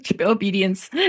obedience